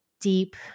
deep